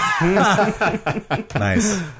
nice